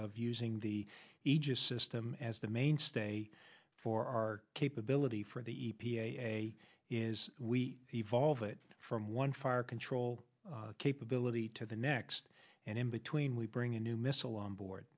of using the aegis system as the mainstay for our capability for the e p a is we evolve it from one fire control capability to the next and in between we bring a new missile on board